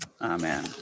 Amen